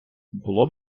було